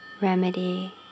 remedy